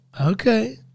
Okay